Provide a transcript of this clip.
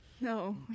No